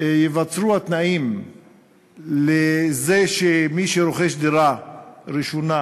ייווצרו התנאים לזה שמי שרוכש דירה ראשונה,